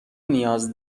نیاز